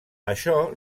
això